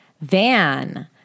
Van